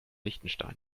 liechtenstein